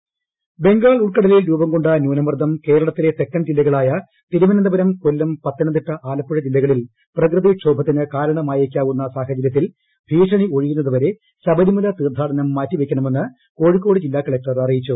തീർത്ഥാടനം ഒഴിവാക്കണം ബംഗാൾ ഉൾക്കടലിൽ രൂപം കൊണ്ട ന്യൂനമർദ്ദം കേരളത്തിലെ തെക്കൻ ജില്ലകളായ തിരുവനന്തപുരം കൊല്ലം പത്തനംതിട്ട ആലപ്പുഴ ജില്ലകളിൽ പ്രകൃതിക്ഷോഭത്തിന് കാരണമായേക്കാവുന്ന സാഹചര്യത്തിൽ ഭീഷണി ഒഴിയുന്നതുവരെ ശബരിമല തീർത്ഥാടനം മാറ്റിവെക്കണമെന്ന് കോഴിക്കോട് ജില്ലാ കലക്ടർ അറിയിച്ചു